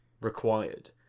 required